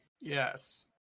Yes